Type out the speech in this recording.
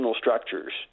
structures